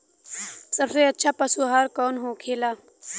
सबसे अच्छा पशु आहार कौन होखेला?